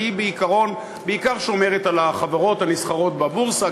כי היא בעיקר שומרת על החברות הנסחרות בבורסה,